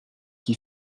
qui